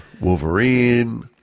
Wolverine